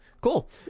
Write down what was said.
Cool